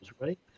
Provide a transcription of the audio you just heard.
right